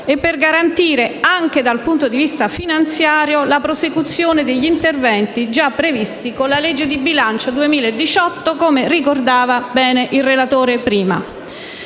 Sardegna e, anche dal punto di vista finanziario, la prosecuzione degli interventi già previsti con la legge di bilancio 2018, come prima ricordava bene il relatore prima.